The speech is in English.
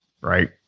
Right